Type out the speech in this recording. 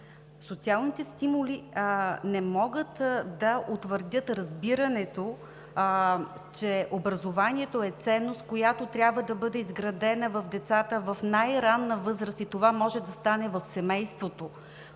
Социалните стимули не могат да утвърдят разбирането, че образованието е ценност, която трябва да бъде изградена в децата в най-ранна възраст и това може да стане в семейството.